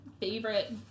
favorite